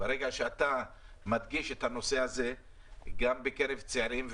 במיוחד ברגע שאתה מדגיש את הנושא הזה בקרב צעירים.